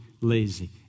lazy